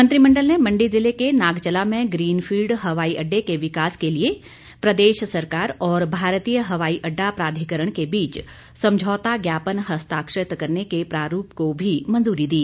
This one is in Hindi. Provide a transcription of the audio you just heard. मंत्रिमंडल ने मण्डी जिले के नागचला में ग्रीनफील्ड हवाई अड्डे के विकास के लिए प्रदेश सरकार और भारतीय हवाई अड्डा प्राधिकरण के बीच समझौता ज्ञापन हस्ताक्षरित करने के प्रारूप को भी मंजूरी दी